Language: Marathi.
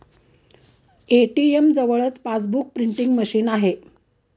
ए.टी.एम जवळच पासबुक प्रिंटिंग मशीन आहे